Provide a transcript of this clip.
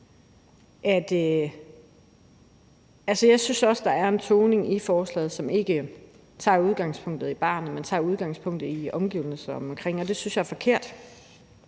Jeg synes også, at der er en tone i forslaget, som ikke tager udgangspunkt i barnet, men tager udgangspunkt i omgivelserne omkring det, og det synes jeg er forkert.